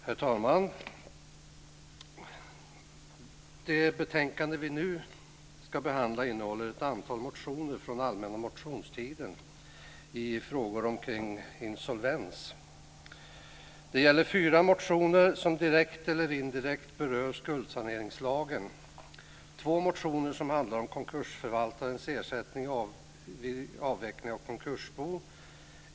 Herr talman! Det betänkande som vi nu ska behandla innehåller ett antal motioner från den allmänna motionstiden i frågor omkring insolvens. Det gäller fyra motioner som direkt eller indirekt berör skuldsaneringslagen. Två motioner handlar om konkursförvaltarens ersättning vid avveckling av konkursbo.